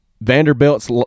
Vanderbilt's